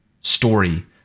story